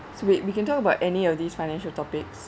so we we can talk about any of these financial topics